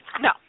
No